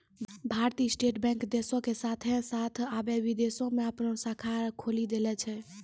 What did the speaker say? भारतीय state bank देशो के साथे साथ अबै विदेशो मे अपनो शाखा खोलि देले छै